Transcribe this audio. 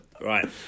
Right